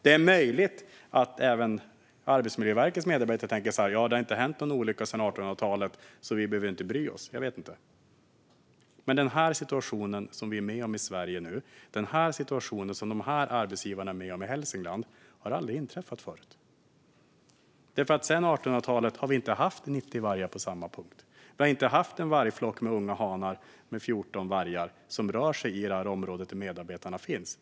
Det är möjligt att även Arbetsmiljöverkets medarbetare tänker att det ju inte har hänt någon olycka sedan 1800-talet och att de därför inte behöver bry sig; jag vet inte. Men den situation som vi ser i Sverige nu - den situation som dessa arbetsgivare är med om i Hälsingland - har aldrig inträffat förut. Vi har nämligen inte haft 90 vargar på samma punkt sedan 1800-talet. Vi har inte haft en vargflock med 14 unga hanar som rör sig i det område där medarbetarna finns.